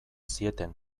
zieten